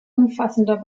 umfassender